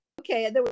Okay